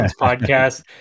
podcast